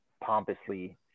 pompously